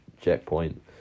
checkpoint